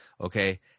okay